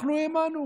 אנחנו האמנו,